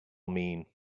mean